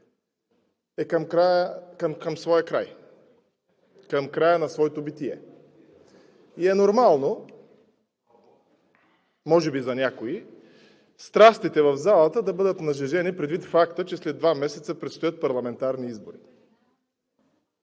е към своя край, към края на своето битие и е нормално може би за някои страстите в залата да бъдат нажежени, предвид факта че след два месеца предстоят парламентарни избори.